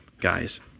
guys